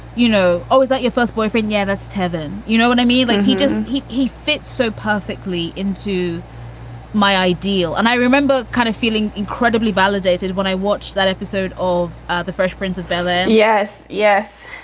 you know, i. was that your first boyfriend? yeah, that's tevan, you know what i mean? and like he just he he fits so perfectly into my ideal. and i remember kind of feeling incredibly validated when i watched that episode of the fresh prince of bel air yes. yes.